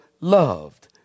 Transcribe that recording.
loved